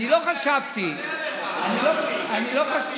אדוני היושב-ראש,